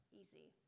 easy